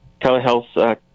telehealth